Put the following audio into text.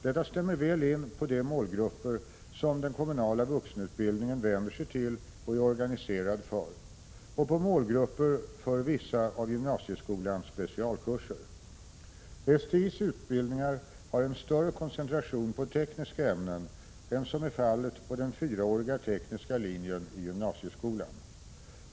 Detta stämmer väl in på de målgrupper som den kommunala vuxenutbildningen vänder sig till och är organiserad för och på målgrupper för vissa av gymnasieskolans specialkurser. STI:s utbildningar har en större koncentration på tekniska ämnen än som är fallet på den fyraåriga tekniska linjen i gymnasieskolan.